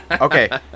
Okay